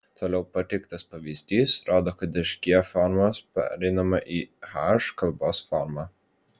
toliau pateiktas pavyzdys rodo kad iš g formos pereinama į h kalbos formą